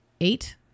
eight